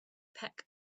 peck